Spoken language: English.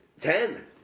ten